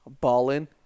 Balling